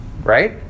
Right